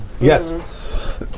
Yes